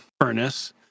furnace